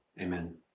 Amen